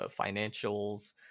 financials